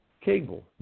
cable